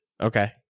Okay